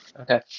Okay